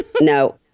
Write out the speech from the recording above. no